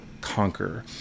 conquer